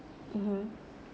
mmhmm